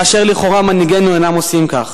כאשר לכאורה מנהיגינו אינם עושים כך?